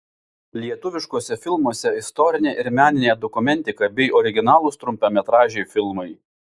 lietuviškuose filmuose istorinė ir meninė dokumentika bei originalūs trumpametražiai filmai